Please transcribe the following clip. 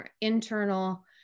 internal